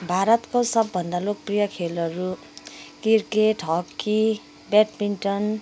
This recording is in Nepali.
भारतको सबभन्दा लोकप्रिय खेलहरू किर्केट हक्की बेडमिन्टन